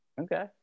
Okay